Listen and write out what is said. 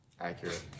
Accurate